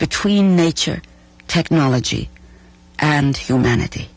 between nature technology and humanity